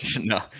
no